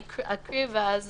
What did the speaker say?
אקריא, ואז